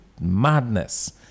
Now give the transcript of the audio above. madness